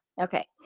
Okay